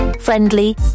friendly